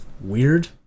weird